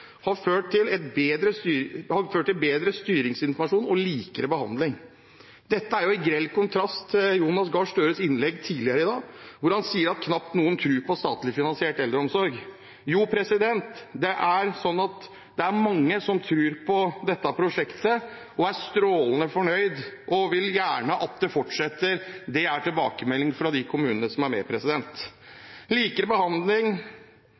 har ført til bedre styringsinformasjon og likere behandling. Dette står i grell kontrast til det Jonas Gahr Støre sa i sitt innlegg tidligere i dag om at knapt noen tror på statlig finansiert eldreomsorg. Jo, det er mange som tror på dette prosjektet, er strålende fornøyd og gjerne vil at det fortsetter. Det er tilbakemeldingen fra de kommunene som er med.